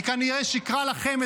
היא כנראה שיקרה לכם,